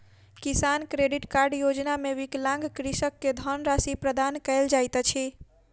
किसान credit card योजना मे विकलांग कृषक के धनराशि प्रदान कयल जाइत अछि